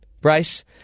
Bryce